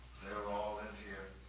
they were all in here.